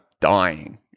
dying